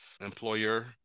employer